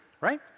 right